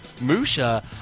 musha